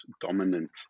dominant